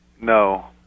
No